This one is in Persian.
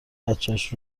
بچش